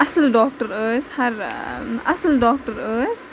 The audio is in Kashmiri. اَصٕل ڈاکٹر ٲسۍ ہَر اَصٕل ڈاکٹر ٲسۍ